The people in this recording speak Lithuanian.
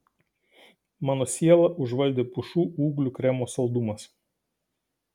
mano sielą užvaldė pušų ūglių kremo saldumas